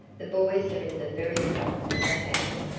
the boys are in the very top of the house,